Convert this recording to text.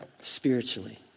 spiritually